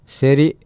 seri